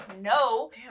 No